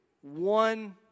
one